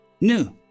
New